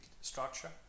structure